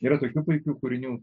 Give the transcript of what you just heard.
yra tokių puikių kūrinių